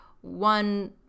One